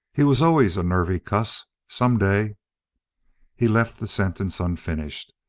he was always a nervy cuss. someday he left the sentence unfinished.